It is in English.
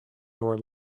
nor